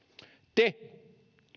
te